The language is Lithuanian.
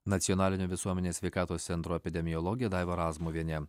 nacionalinio visuomenės sveikatos centro epidemiologė daiva razmuvienė